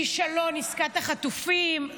כישלון עסקת החטופים.